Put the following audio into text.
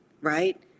right